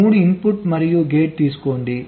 3 input మరియు gate తీసుకోండి